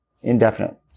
indefinite